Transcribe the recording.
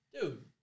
Dude